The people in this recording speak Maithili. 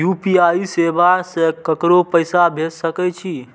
यू.पी.आई सेवा से ककरो पैसा भेज सके छी?